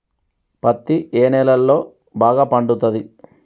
పత్తి ఏ నేలల్లో బాగా పండుతది?